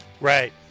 Right